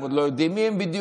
הם עוד לא יודעים מי הם בדיוק: